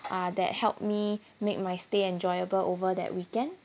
uh that helped me make my stay enjoyable over that weekend